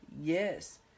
Yes